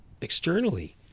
externally